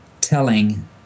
telling